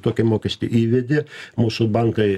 tokį mokestį įvedė mūsų bankai